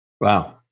Wow